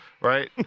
right